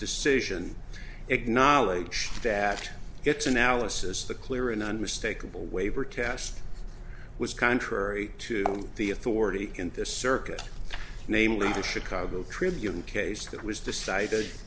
decision acknowledge that its analysis the clear and unmistakable waiver test was contrary to the authority in this circuit namely the chicago tribune case that was decided